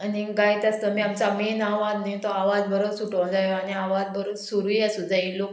आनी गायत आसतना आमचो मेन आवाज न्ही तो आवाज बरो सुटों जायो आनी आवाज बरो सुरूय आसूं जाय लोक